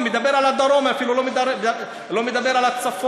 אני מדבר על הדרום, אפילו לא מדבר על הצפון.